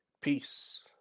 Peace